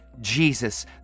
Jesus